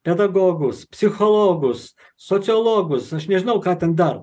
pedagogus psichologus sociologus aš nežinau ką ten dar